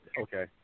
Okay